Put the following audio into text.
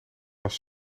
was